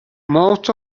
most